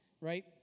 right